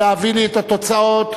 להביא לי את התוצאות.